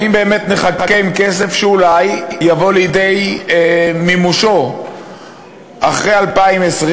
האם באמת נחכה עם כסף שאולי יבוא לידי מימושו אחרי 2020,